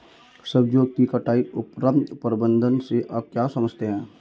सब्जियों के कटाई उपरांत प्रबंधन से आप क्या समझते हैं?